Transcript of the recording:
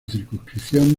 circunscripción